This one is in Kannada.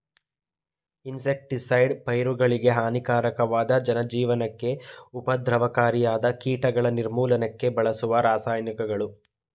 ಇನ್ಸೆಕ್ಟಿಸೈಡ್ಸ್ ಪೈರುಗಳಿಗೆ ಹಾನಿಕಾರಕವಾದ ಜನಜೀವನಕ್ಕೆ ಉಪದ್ರವಕಾರಿಯಾದ ಕೀಟಗಳ ನಿರ್ಮೂಲನಕ್ಕೆ ಬಳಸುವ ರಾಸಾಯನಿಕಗಳು